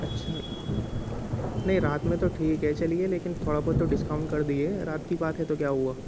اچھا نہیں رات میں تو ٹھیک ہے چلیے لیکن تھوڑا بہت تو ڈسکاؤنٹ کر دیجیے رات کی بات ہے تو کیا ہوا